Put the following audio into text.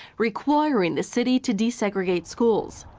requiring the city to desegregate schools.